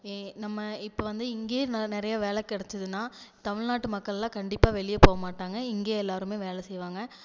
ஏ நம்ம இப்போ வந்து இங்கயே நெ நிறையா வேலை கிடச்சிதுன்னா தமிழ்நாட்டு மக்கள்லாம் கண்டிப்பாக வெளியே போகமாட்டாங்க இங்கேயே எல்லாருமே வேலை செய்வாங்க